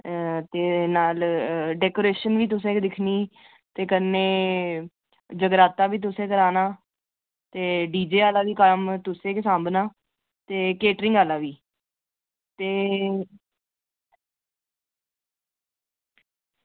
ते नाल डेकोरेशन बी तुसें गै दिक्खनी ते कन्नै जगराता बी तुसें कराना ते डी जे आह्ला बी कम्म तुसें गै साम्भना ते केटरिंग आह्ला बी ते